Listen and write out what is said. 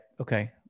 okay